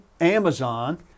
amazon